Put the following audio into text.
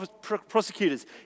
prosecutors